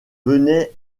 venaient